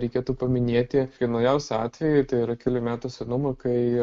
reikėtų paminėti kai naujausiu atveju tai yra kelių metų senumo kai